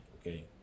okay